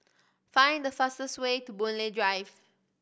find the fastest way to Boon Lay Drive